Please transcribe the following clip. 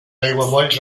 aiguamolls